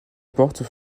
porte